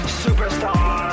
superstar